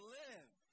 live